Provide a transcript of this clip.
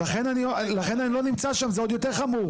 לכן אני לא נמצא שם, זה עוד יותר חמור.